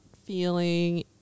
feeling